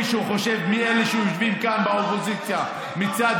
אם מישהו מאלה שיושבים כאן באופוזיציה מצד